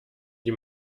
die